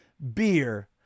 Beer